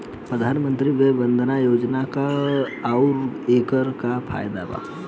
प्रधानमंत्री वय वन्दना योजना का ह आउर एकर का फायदा बा?